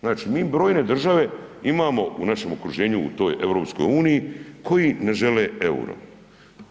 Znači mi brojne države imamo u našem okruženju u toj EU koji ne žele EUR-o.